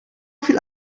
viel